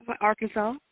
Arkansas